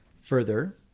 further